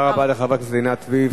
תודה רבה לחברת הכנסת עינת וילף.